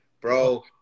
Bro